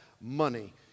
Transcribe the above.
money